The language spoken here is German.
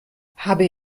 habe